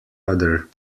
other